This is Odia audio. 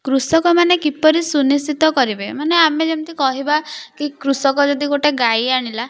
କୃଷକମାନେ କିପରି ସୁନିଶ୍ଚିତ କରିବେ ମାନେ ଆମେ ଯେମିତି କହିବା କି କୃଷକ ଯଦି ଗୋଟେ ଗାଈ ଆଣିଲା